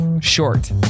short